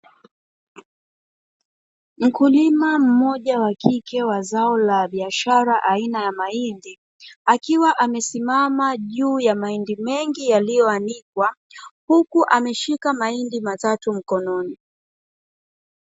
Mkulima mmoja wakike wa zao la biashara aina ya mahindi, akiwa amesimama juu ya maindi mengi yaliyo anikwa huku ameshika mahinda matatu mkononi.